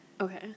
okay